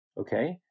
Okay